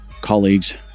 colleagues